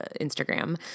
Instagram